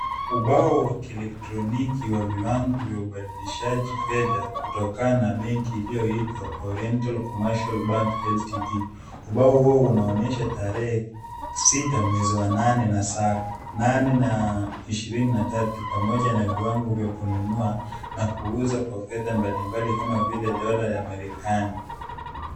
Ubao wa kielektroniki wa viwango vya ubadilishaji fedha kutokana na benki inayoitwa Oriental Commercial Bank Ltd. Ubao huo unaonyesha tarehe sita mwezi wa nane na saa nane na ishirini na tatu pamoja na viwango vya kununua na kuuza kwa fedha mbali mbali kama vile dola ya Marekani.